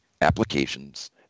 applications